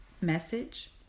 message